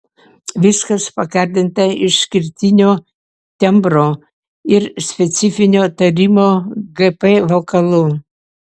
viskas pagardinta išskirtinio tembro ir specifinio tarimo gp vokalu